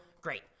Great